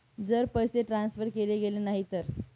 जर पैसे ट्रान्सफर केले गेले नाही तर?